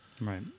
Right